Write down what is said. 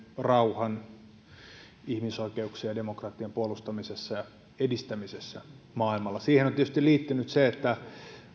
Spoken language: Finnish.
rauhan ihmisoikeuksien ja demokratian puolustamisessa ja edistämisessä maailmalla siihen on tietysti liittynyt se että